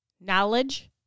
knowledge